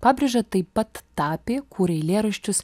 pabrėža taip pat tapė kūrė eilėraščius